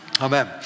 Amen